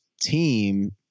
team